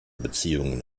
beziehungen